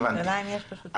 השאלה היא אם יש רשות מקומית.